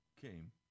came